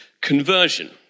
conversion